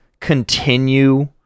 continue